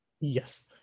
Yes